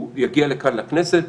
הוא יגיע לכאן לכנסת.